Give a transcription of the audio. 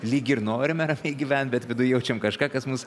lyg ir norime ramiai gyventi bet viduj jaučiam kažką kas mus